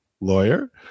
lawyer